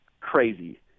Crazy